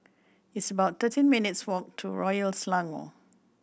it's about thirteen minutes' walk to Royal Selangor